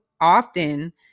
often